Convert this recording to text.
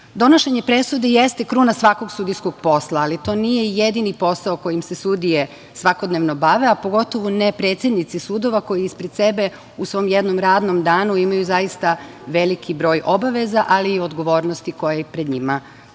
pitanju. Donošenje presude jeste kruna svakog sudijskog posla, ali to nije jedini posao kojim se sudije svakodnevno bave, a pogotovo ne predsednici sudova koji ispred sebe u svom jednom radnom danu imaju zaista veliki broj obaveza, ali i odgovornosti koje pred njima stoje. Kada